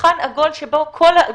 לשולחן עגול בלעדינו.